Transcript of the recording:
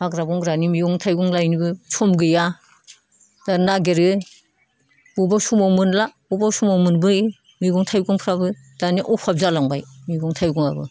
हाग्रा बंग्रानि मैगं थाइगं लायनोबो सम गैया बिराद नागिरो बबेबा समाव मोनला बबेबा समाव मोनबोयो मैगं थाइगंफ्राबो दानि अभाब जालांबाय मैैगं थाइगङाबो